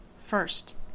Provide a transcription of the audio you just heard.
First